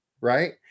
right